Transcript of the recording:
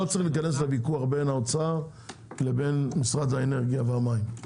צריך להיכנס לוויכוח בין האוצר למשרד האנרגיה והמים,